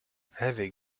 heavy